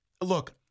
Look